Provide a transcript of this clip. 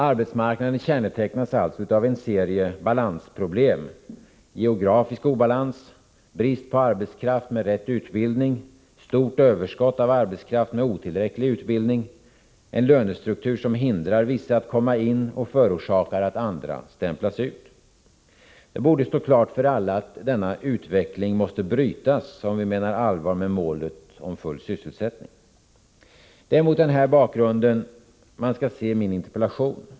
Arbetsmarknaden kännetecknas alltså av en serie balansproblem: geografisk obalans, brist på arbetskraft med rätt utbildning, stort överskott på arbetskraft med otillräcklig utbildning och en lönestruktur som hindrar vissa att komma in och förorsakar att andra stämplas ut. Det borde stå klart för alla att denna utveckling måste brytas, om vi menar allvar med målet om full sysselsättning. Det är mot den här bakgrunden man skall se min interpellation.